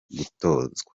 gutozwa